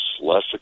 less